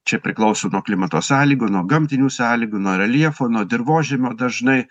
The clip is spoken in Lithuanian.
čia priklauso nuo klimato sąlygų nuo gamtinių sąlygų nuo reljefo nuo dirvožemio dažnai